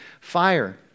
fire